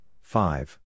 five